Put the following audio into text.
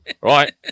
right